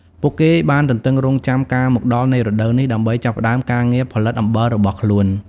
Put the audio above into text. ពួកគេបានទន្ទឹងរង់ចាំការមកដល់នៃរដូវនេះដើម្បីចាប់ផ្ដើមការងារផលិតអំបិលរបស់ខ្លួន។